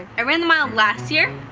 i ran the mile last year